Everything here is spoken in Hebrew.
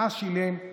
מה שילם,